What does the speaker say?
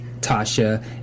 Tasha